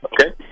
Okay